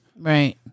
right